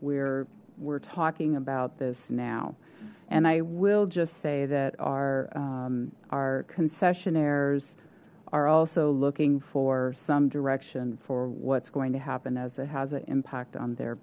we're we're talking about this now and i will just say that our our concessionaires are also looking for some direction for what's going to happen as it has an impact on their